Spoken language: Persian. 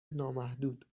نامحدود